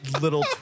little